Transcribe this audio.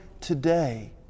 today